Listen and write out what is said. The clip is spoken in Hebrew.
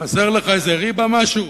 חסר לך איזה ריבה או משהו?